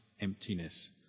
emptiness